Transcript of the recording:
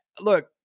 look